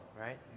Right